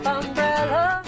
umbrella